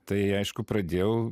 tai aišku pradėjau